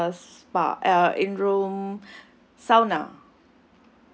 s~ uh spa uh in room sauna